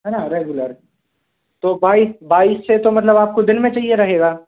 है न रेगुलर तो बाईस बाईस से तो मतलब आपको दिन में चाहिए रहेगा